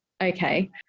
okay